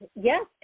Yes